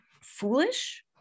foolish